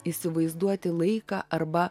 įsivaizduoti laiką arba